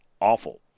awful